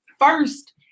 first